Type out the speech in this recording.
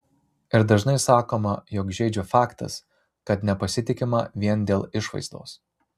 ir dažnai sakoma jog žeidžia faktas kad nepasitikima vien dėl išvaizdos